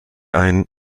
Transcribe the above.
ein